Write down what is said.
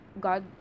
God